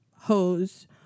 hose